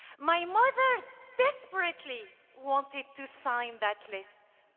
my mother desperately wanted to sign that list.